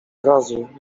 razu